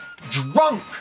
drunk